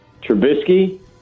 Trubisky